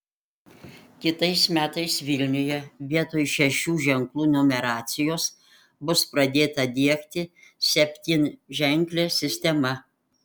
kitais metais vilniuje vietoj šešių ženklų numeracijos bus pradėta diegti septynženklė sistema